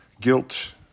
Guilt